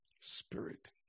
spirit